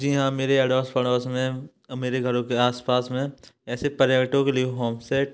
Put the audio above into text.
जी हाँ मेरे अड़ोस पड़ोस में मेरे घरों के आसपास में ऐसे पर्यटकों के लिए होम सेट